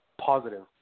Positive